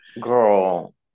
girl